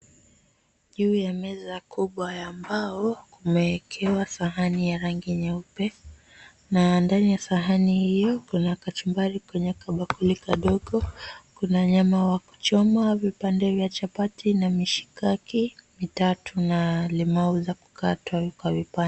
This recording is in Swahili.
Juu ya meza kubwa ya mbao kumeekewa sahani ya rangi nyeupe na ndani ya sahani hiyo kuna kachumbari kwenye kabakuli kadogo, kuna nyama ya kuchomwa, vipande vya chapati na mishikaki mitatu na limau za kukatwa kwa vipande.